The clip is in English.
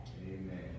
Amen